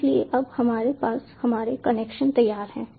इसलिए अब हमारे पास हमारे कनेक्शन तैयार हैं